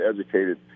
educated